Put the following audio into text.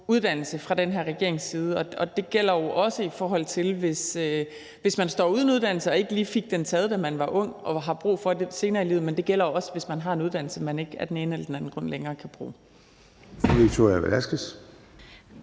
uddannelse fra den her regerings side, og det gælder jo også, i forhold til hvis man står uden uddannelse og ikke lige fik den taget, da man var ung, men har brug for den senere i livet, men det gælder jo også, hvis man har en uddannelse, man af den ene eller den anden grund ikke længere kan bruge.